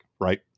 Right